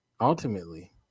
Ultimately